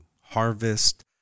harvest